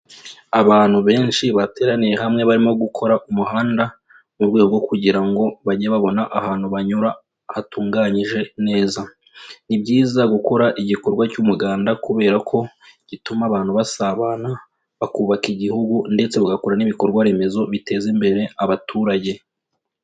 Abantu benshi bateraniye hamwe barimo gukora umuhanda, mu rwego rwo kugira ngo bajye babona ahantu banyura hatunganyije neza. Ni byiza gukora igikorwa cy'umuganda kubera ko gituma abantu basabana, bakubaka igihugu ndetse bagakora n'ibikorwa remezo biteza imbere abaturage.